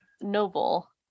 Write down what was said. noble